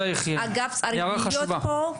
האגף צריך להיות פה.